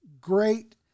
great